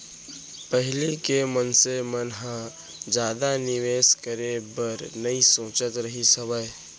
पहिली के मनसे मन ह जादा निवेस करे बर नइ सोचत रहिस हावय